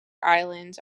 islands